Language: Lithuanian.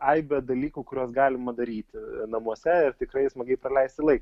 aibė dalykų kuriuos galima daryti namuose ir tikrai smagiai praleisti laiką